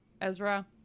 Ezra